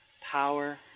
power